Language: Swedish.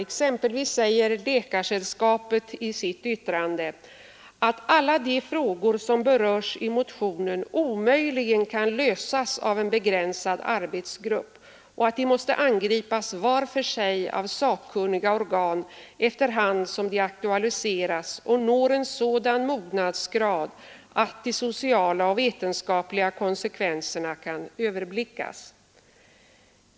Läkaresällskapet anför exempelvis i sitt yttrande ”att alla de frågor som berörs i motionen omöjligen kan lösas av en begränsad arbetsgrupp och att de måste angripas var för sig av sakkunniga organ efter hand som de aktualiseras och når en sådan mognadsgrad att de sociala och vetenskapliga konsekvenserna kan överblickas”.